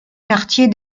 quartier